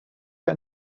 get